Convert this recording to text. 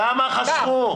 כמה חסכו?